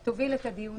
שושי תוביל את הדיון